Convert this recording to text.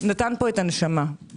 נתן פה את הנשמה,